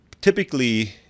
typically